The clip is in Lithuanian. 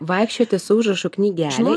vaikščioti su užrašų knygele